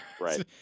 Right